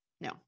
no